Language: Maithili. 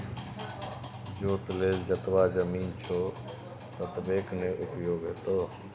जोत लेल जतबा जमीन छौ ततबेक न उपयोग हेतौ